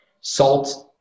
salt